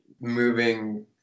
moving